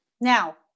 Now